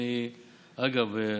אגב,